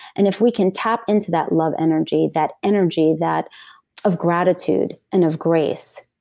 and if we can tap into that love energy, that energy that of gratitude and of grace,